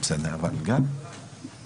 אבל גם נציג לשכת עורכי הדין.